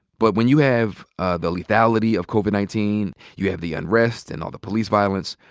but when you have ah the lethality of covid nineteen, you have the unrest and all the police violence,